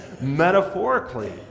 metaphorically